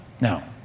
now